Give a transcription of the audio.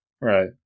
Right